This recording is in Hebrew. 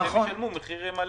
שלום לכולם.